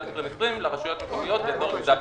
2020 לרשויות מקומיות ביהודה ושומרון.